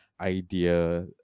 idea